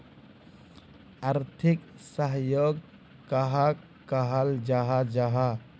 आर्थिक सहयोग कहाक कहाल जाहा जाहा?